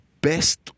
best